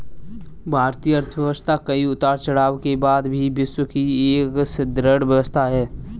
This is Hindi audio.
भारतीय अर्थव्यवस्था कई उतार चढ़ाव के बाद भी विश्व की एक सुदृढ़ व्यवस्था है